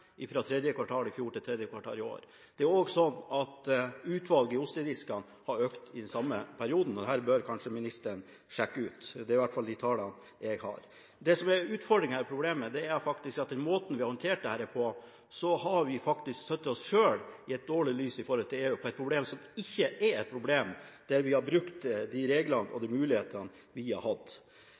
fra tredje kvartal i fjor til tredje kvartal i år. Det er også sånn at utvalget i ostediskene har økt i den samme perioden. Dette bør kanskje ministeren sjekke ut – det er i alle fall de tallene jeg har. Det som er utfordringen eller problemet, er at med måten vi har håndtert dette på, har vi satt oss selv i et dårlig lys overfor EU – på et problem som ikke er et problem, og der vi har brukt de reglene og mulighetene vi har hatt.